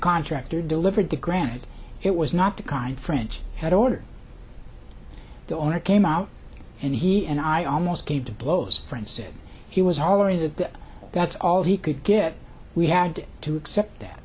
contractor delivered the granite it was not the kind french had ordered the owner came out and he and i almost came to blows friends said he was always that that's all he could get we had to accept that